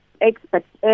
expect